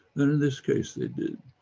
and in this case, they did.